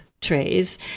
trays